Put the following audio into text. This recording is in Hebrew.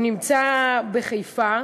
הוא נמצא בחיפה,